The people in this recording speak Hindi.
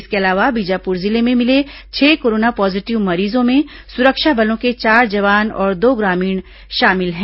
इसके अलावा बीजापुर जिले में मिले छह कोरोना पॉजिटिव मरीजों में सुरक्षा बलों के चार जवान और दो ग्रामीण शामिल हैं